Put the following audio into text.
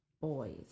boys